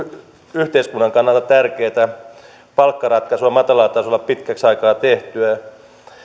yhteiskunnan kannalta tärkeätä palkkaratkaisua matalalla tasolla pitkäksi aikaa tehtyä